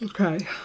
Okay